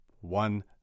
one